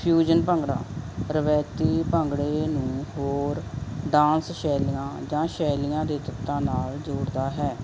fusion bhangra ਰਵਾਇਤੀ ਭੰਗੜੇ ਨੂੰ ਹੋਰ ਡਾਂਸ ਸ਼ੈਲੀਆਂ ਜਾਂ ਸ਼ੈਲੀਆਂ ਦੇ ਤੱਤਾਂ ਨਾਲ ਜੋੜਦਾ ਹੈ